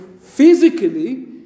physically